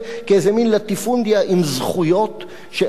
אבל רצוי שחברה שקיבלה באיזה מין הסכם חסר תקדים